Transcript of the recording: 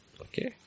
Okay